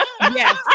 Yes